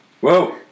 Whoa